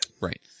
Right